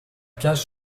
cage